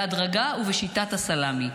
בהדרגה ובשיטת הסלאמי,